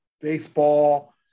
baseball